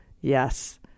Yes